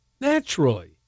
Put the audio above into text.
naturally